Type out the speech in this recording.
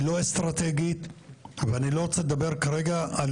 היא לא אסטרטגית ואני לא רוצה לדבר כרגע על